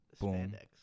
Spandex